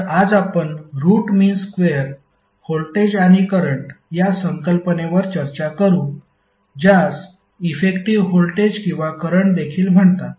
तर आज आपण रूट मीन स्क्वेअर व्होल्टेज आणि करंट या संकल्पनेवर चर्चा करू ज्यास इफेक्टिव्ह व्होल्टेज किंवा करंट देखील म्हणतात